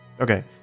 Okay